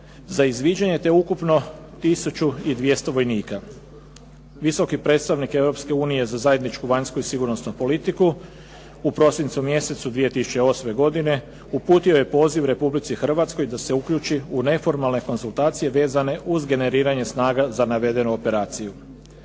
za izviđanje, te ukupno tisuću i 200 vojnika. Visoki predstavnik Europske unije za zajedničku vanjsku i sigurnosnu politiku u prosincu mjesecu 2008. godine uputio je poziv Republici Hrvatskoj da se uključi u neformalne konzultacije vezane uz generiranje snaga za navedenu operaciju.